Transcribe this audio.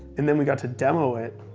and then we got to demo it,